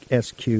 SQ